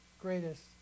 greatest